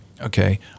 okay